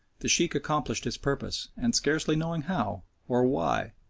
the sheikh accomplished his purpose, and scarcely knowing how, or why,